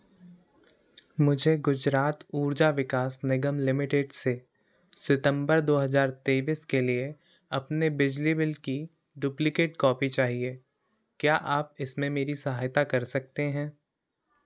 मुझे गुजरात ऊर्जा विकास निगम लिमिटेड से सितंबर दो हज़ार तेइस के लिए अपने बिजली बिल की डुप्लिकेट कॉपी चाहिए क्या आप इसमें मेरी सहायता कर सकते हैं